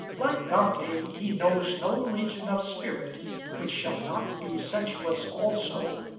like dante, he knows no region of spirit which shall not be sensuous also,